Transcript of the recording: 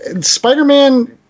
Spider-Man